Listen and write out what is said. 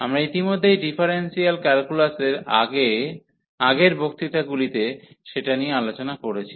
আমরা ইতিমধ্যে ডিফারেন্সিয়াল ক্যালকুলাসে আগের বক্তৃতাগুলিতে সেটা নিয়ে আলোচনা করেছি